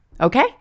okay